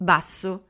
Basso